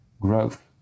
growth